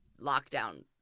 lockdown